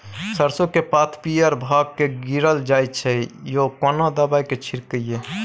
सरसो के पात पीयर भ के गीरल जाय छै यो केना दवाई के छिड़कीयई?